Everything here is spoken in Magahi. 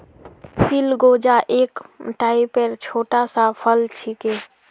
चिलगोजा एक टाइपेर छोटा सा फल छिके